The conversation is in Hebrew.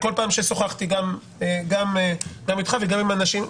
וככל ששוחחתי איתך ועם אחרים השתכנעתי.